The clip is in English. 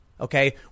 Okay